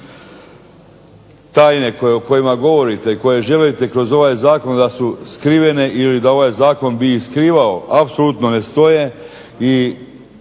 Tajne o kojima govorite i koje želite kroz ovaj zakon da su skrivene ili da ovaj zakon bi ih skrivao apsolutno ne stoje.